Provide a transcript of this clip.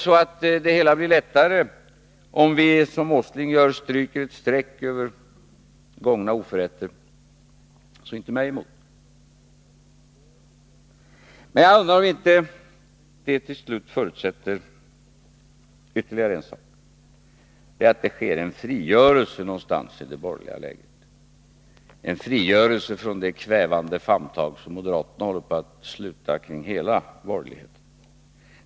Blir det lättare om vi, som Nils Åsling gör, stryker ett streck över gångna oförrätter, så inte mig emot. Men jag undrar om inte det förutsätter ytterligare en sak — att det sker en frigörelse någonstans i det borgerliga lägret, en frigörelse från det kvävande famntag som moderaterna håller på att sluta hela borgerligheten i.